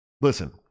listen